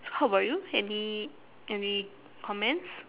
so how about you any any commentss